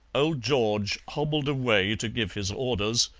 old george hobbled away to give his orders,